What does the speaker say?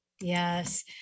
Yes